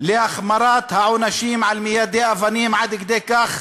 להחמרת העונשים על מיידי אבנים עד כדי כך,